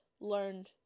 learned